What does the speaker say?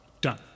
Done